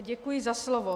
Děkuji za slovo.